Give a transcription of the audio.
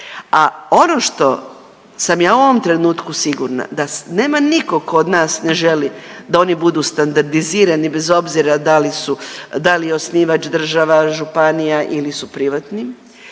A ono što sam ja u ovom trenutku sigurna da nema nitko tko od nas ne želi da oni budu standardizirani bez obzira da li su, da li je osnivač država, županija ili su privatni.